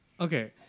Okay